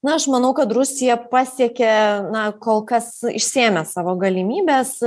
na aš manau kad rusija pasiekė na kol kas išsėmė savo galimybes